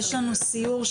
יש לנו סיור.